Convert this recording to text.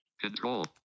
Control